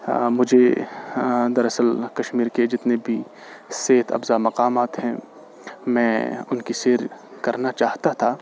ہاں مجھے ہاں دراصل کشمیر کے جتنے بھی صحت افزا مقامات ہیں میں ان کی سیر کرنا چاہتا تھا